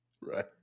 Right